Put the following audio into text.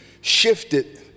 shifted